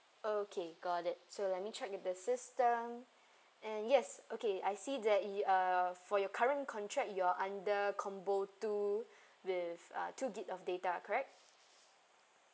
okay got it so let me check with the system and yes okay I see that uh for your current contract you're under combo two with uh two gigabyte of data correct